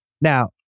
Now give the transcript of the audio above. Now